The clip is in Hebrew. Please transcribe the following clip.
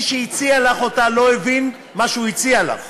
מי שהציע לך אותה לא הבין מה שהוא הציע לך.